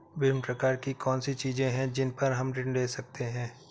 विभिन्न प्रकार की कौन सी चीजें हैं जिन पर हम ऋण ले सकते हैं?